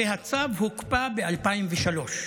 והצו הוקפא ב-2003.